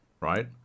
right